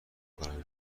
کنم